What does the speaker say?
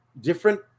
different